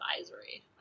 Advisory